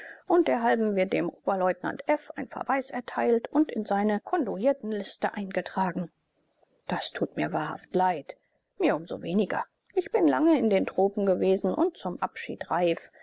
und derhalben wird dem oberleutnant f ein verweis erteilt und in seine konduitenliste eingetragen das tut mir wahrhaft leid mir um so weniger ich bin lange in den tropen gewesen und zum abschied reif